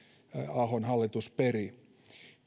ahon hallitus peri